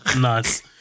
Nice